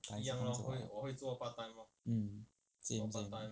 mm same same